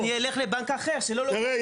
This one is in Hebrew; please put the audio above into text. אני אלך לבנק אחר שלא לוקח --- תראה,